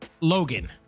logan